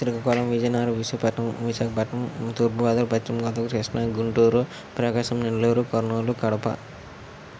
Srikakulam Vizianagaram Visakhapatnam Visakhapatnam Thoorpu Godavari Pachchima Godavari Krishna Guntur Prakasam Nellore Kurnool Kadapa